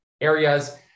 areas